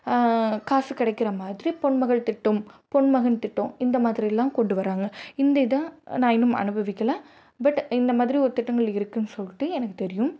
காசு கிடைக்கிறமாதிரி பொன்மகள் திட்டம் பொன்மகன் திட்டம் இந்தமாதிரில்லாம் கொண்டு வராங்கள் இந்த இதை நான் இன்னும் அனுபவிக்கலை பட் இந்தமாதிரி ஒரு திட்டங்கள் இருக்குதுன்னு சொல்லிட்டு எனக்கு தெரியும்